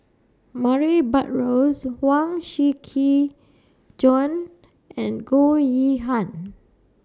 Murray Buttrose Huang Shiqi Joan and Goh Yihan